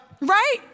Right